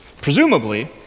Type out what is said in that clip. presumably